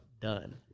done